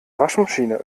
waschmaschine